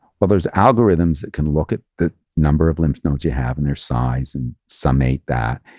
well, there's algorithms that can look at the number of lymph nodes you have and their size and some aid that,